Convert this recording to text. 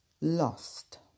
Lost